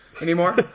Anymore